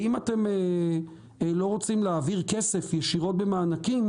ואם אתם לא רוצים להעביר כסף ישירות במענקים,